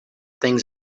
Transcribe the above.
things